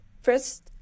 first